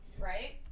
Right